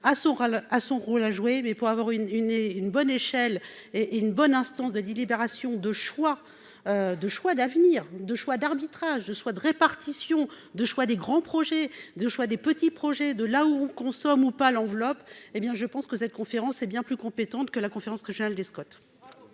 a son rôle à jouer mais pour avoir une, une et, une bonne échelle et est une bonne instance de 10 libération de choix. De choix d'avenir, de choix d'arbitrage de soit de répartition de choix des grands projets de choix des petits projets de là où on consomme ou pas l'enveloppe, hé bien je pense que cette conférence est bien plus compétente que la conférence régionale des Scott.